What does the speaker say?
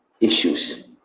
issues